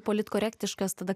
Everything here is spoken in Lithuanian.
politkorektiškas tada